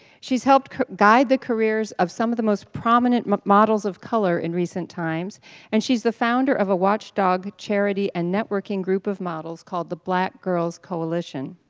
she's helped guide the careers of some of the most prominent models of color in recent times and she's the founder of a watchdog charity and networking group of models called the black girls coalition.